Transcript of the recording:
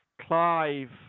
Clive